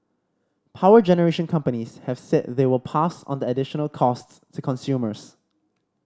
power generation companies have said they will pass on the additional costs to consumers